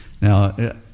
Now